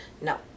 No